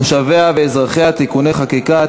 תושביה ואזרחיה (תיקוני חקיקה),